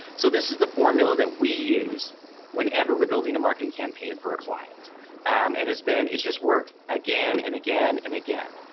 so this is the formula that we use whenever we're building a marketing campaign for a client and his band it's just worked. again and again and again.